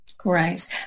Great